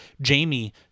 Jamie